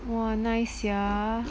!wah! nice sia